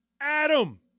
Adam